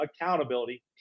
accountability